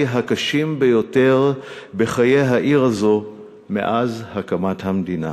הקשים ביותר בחיי העיר הזאת מאז הקמת המדינה.